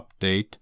update